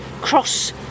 cross